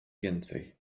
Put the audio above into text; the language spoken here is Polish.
więcej